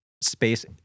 space